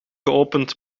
geopend